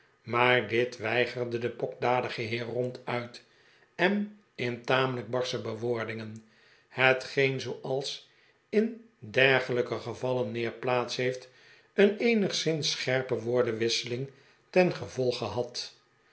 maar dit weigerde de pokdalige heer ronduit en in tamelijk barsche bewoordingen hetgeen zooals in dergelijke gevallen meer plaats heeft een eenigszins scherpe woordenwisseling ten gevolge had